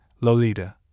Lolita